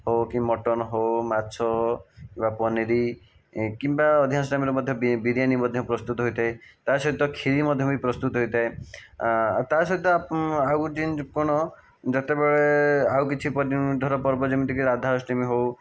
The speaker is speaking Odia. ହେଉ କି ମଟନ୍ ହେଉ ମାଛ କିମ୍ବା ପନିରି କିମ୍ବା ଅଧିକାଂଶ ଟାଇମରେ ମଧ୍ୟ ବିରିୟାନୀ ମଧ୍ୟ ପ୍ରସ୍ତୁତ ହୋଇଥାଏ ତା ସହିତ କ୍ଷିରି ମଧ୍ୟ ବି ପ୍ରସ୍ତୁତ ହୋଇଥାଏ ଆଉ ତା ସହିତ ଆଉ କଣ ଯେତେବେଳେ ଆଉ କିଛି ଧର ପର୍ବ ଯେମିତିକି ରାଧାଅଷ୍ଟମୀ ହେଉ